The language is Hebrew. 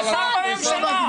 אבל אנחנו הכנסנו את זה.